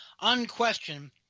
unquestioned